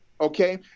okay